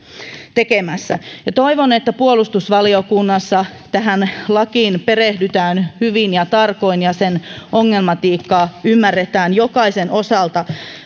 tekemässä ja toivon että puolustusvaliokunnassa tähän lakiin perehdytään hyvin ja tarkoin ja sen ongelmatiikkaa ymmärretään jokaisen osalta